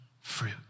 fruit